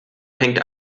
hängt